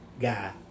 guy